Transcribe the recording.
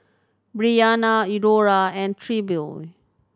Bryanna Eudora and Trilby